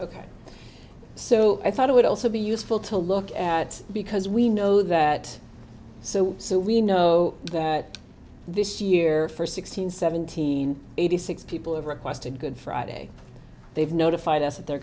ok so i thought it would also be useful to look at because we know that so so we know that this year for six hundred seventeen eighty six people have requested good friday they've notified us that they're